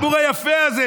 הדיבור היפה הזה,